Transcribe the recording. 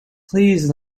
please